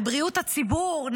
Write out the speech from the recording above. לבריאות הציבור,